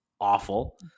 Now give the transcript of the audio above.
awful